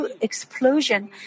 explosion